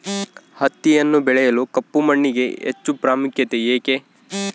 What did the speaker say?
ಹತ್ತಿಯನ್ನು ಬೆಳೆಯಲು ಕಪ್ಪು ಮಣ್ಣಿಗೆ ಹೆಚ್ಚು ಪ್ರಾಮುಖ್ಯತೆ ಏಕೆ?